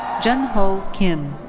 junho kim.